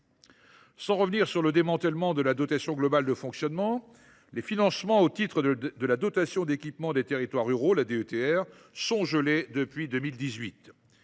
Sans revenir sur le démantèlement de la dotation globale de fonctionnement (DGF), je rappelle que les financements au titre de la dotation d’équipement des territoires ruraux, la DETR, sont gelés depuis 2018.